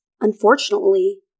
unfortunately